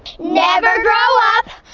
never grow up!